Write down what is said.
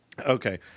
Okay